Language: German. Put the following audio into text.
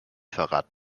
verrat